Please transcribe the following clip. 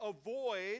avoid